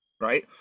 right